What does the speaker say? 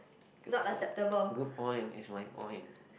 good point good point is my point